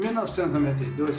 1992